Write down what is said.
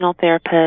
therapist